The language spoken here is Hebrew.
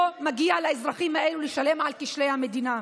לא מגיע לאזרחים האלה לשלם על כשלי המדינה.